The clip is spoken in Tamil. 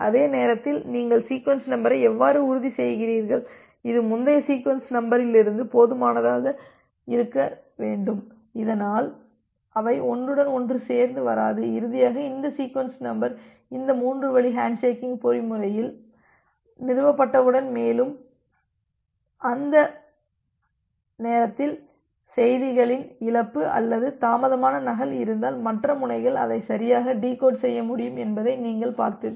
அதே நேரத்தில் நீங்கள் சீக்வென்ஸ் நம்பரை இவ்வாறு உறுதிசெய்கிறீர்கள் இது முந்தைய சீக்வென்ஸ் நம்பரிலிருந்து போதுமானதாக இருக்க வேண்டும் இதனால் அவை ஒன்றுடன் ஒன்று சேர்ந்து வராது இறுதியாக இந்த சீக்வென்ஸ் நம்பர் இந்த மூன்று வழி ஹேண்ட்ஷேக்கிங் பொறிமுறையில் நிறுவப்பட்டவுடன் மேலும் அந்த நேரத்தில் செய்திகளின் இழப்பு அல்லது தாமதமான நகல் இருந்தால் மற்ற முனைகள் அதை சரியாக டிகோட் செய்ய முடியும் என்பதை நீங்கள் பார்த்துள்ளீர்கள்